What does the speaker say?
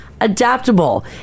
adaptable